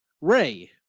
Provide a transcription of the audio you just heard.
Ray